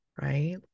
right